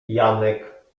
janek